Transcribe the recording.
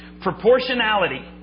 proportionality